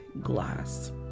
glass